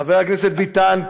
חברי הכנסת ביטן,